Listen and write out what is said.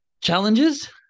challenges